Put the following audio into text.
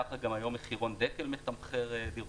ככה גם היום מחירון "דקל" מתמחר דירות.